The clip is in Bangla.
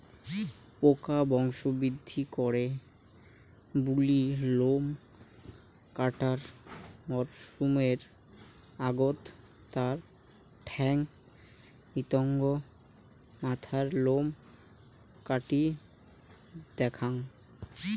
পোকা বংশবৃদ্ধি করে বুলি লোম কাটার মরসুমের আগত তার ঠ্যাঙ, নিতম্ব, মাথার লোম কাটি দ্যাওয়াং